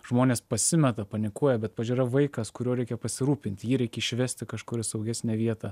žmonės pasimeta panikuoja bet pavyzdžiui yra vaikas kuriuo reikia pasirūpinti jį reikia išvesti kažkur į saugesnę vietą